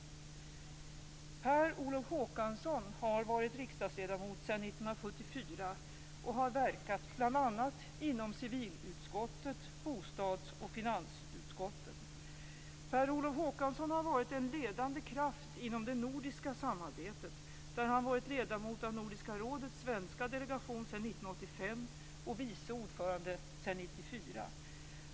Per Olof Håkansson har varit riksdagsledamot sedan 1974 och har verkat bl.a. inom civilutskottet, bostadsutskottet och finansutskottet. Per Olof Håkansson har varit en ledande kraft inom det nordiska samarbetet, där han varit ledamot av Nordiska rådets svenska delegation sedan 1985 och vice ordförande sedan 1994.